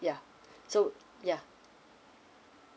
ya so ya